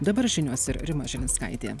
dabar žinios ir rima žilinskaitė